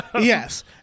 Yes